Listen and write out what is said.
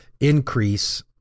increase